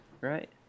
right